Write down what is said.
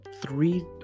three